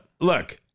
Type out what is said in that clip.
Look